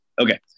Okay